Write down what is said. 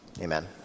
amen